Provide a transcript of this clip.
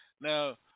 Now